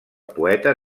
poeta